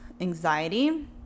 anxiety